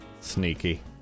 sneaky